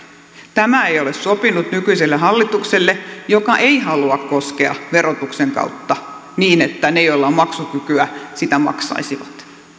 tämä ei ole sopinut nykyiselle hallitukselle joka ei halua koskea asiaan verotuksen kautta niin että ne joilla on maksukykyä sitä maksaisivat